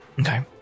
Okay